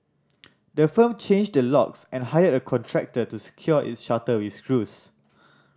the firm changed the locks and hired a contractor to secure its shutter with screws